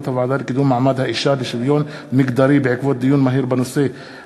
הוועדה לקידום מעמד האישה ולשוויון מגדרי בעקבות דיון מהיר בהצעתה